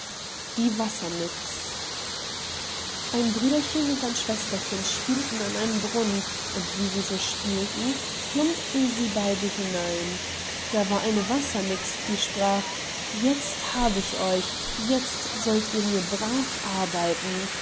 die wassernix ein brüderchen und ein schwesterchen spielten an einem brunnen und wie sie so spielten plumpten sie beide hinein da war eine wassernix die sprach jetzt hab ich euch jetzt sollt ihr mir brav arbeiten